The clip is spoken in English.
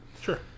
sure